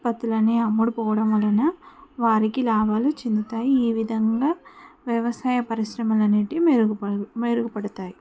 ఉత్పత్తులన్నీ అమ్ముడుపోవడం వలన వారికి లాభాలు చెందుతాయి ఈ విధంగా వ్యవసాయ పరిశ్రమలనేటివి మెరుగుపడ మెరుగుపడుతాయి